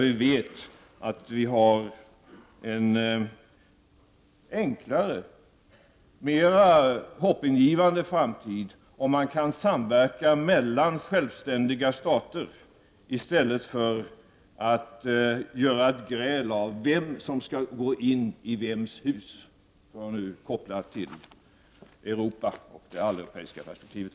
Vi vet att vi har en enklare, mera hoppingivande framtid, om man kan samverka mellan självständiga stater i stället för att göra ett gräl av vem som skall gå in i vems hus, för att nu koppla till Europa och det alleuropeiska perspektivet.